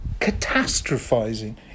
catastrophizing